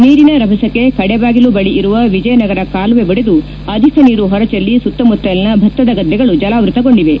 ನೀರಿನ ರಭಸಕ್ಕೆ ಕಡೆಬಾಗಿಲು ಬಳಿ ಇರುವ ವಿಜಯನಗರ ಕಾಲುವೆ ಒಡೆದು ಅಧಿಕ ನೀರು ಹೊರಚಲ್ಲಿ ಸುತ್ತಮುತ್ತಲಿನ ಭತ್ತದ ಗದ್ದೆಗಳು ಜಲಾವೃತಗೊಂಡಿವೆ